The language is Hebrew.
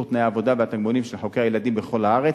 תנאי העבודה והתגמולים של חוקרי הילדים בכל הארץ.